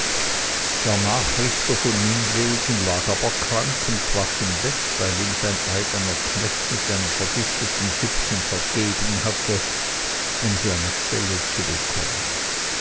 der nachrichter von nimwegen lag aber krank und schwach im bett weil ihm sein eigener knecht mit einem vergifteten süppchen vergeben hatte um seine stelle zu bekommen